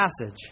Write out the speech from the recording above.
passage